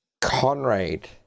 Conrad